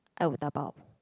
I would dabao